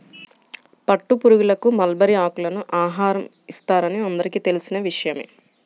పట్టుపురుగులకు మల్బరీ ఆకులను ఆహారం ఇస్తారని అందరికీ తెలిసిన విషయమే